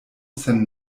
sen